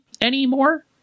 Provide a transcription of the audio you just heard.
anymore